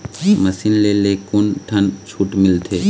Machine ले ले कोन ठन छूट मिलथे?